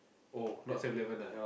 oh not Seven-Eleven ah